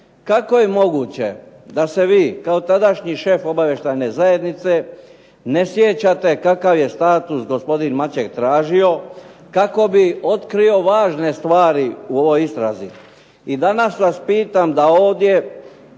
kako je moguće da se vi kao tadašnji šef obavještajne zajednice ne sjećate kakav je status gospodin Maček tražio kako bi otkrio važne stvari u ovoj istrazi. I danas vas pitam da ovdje